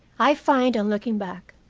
i find, on looking back,